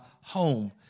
home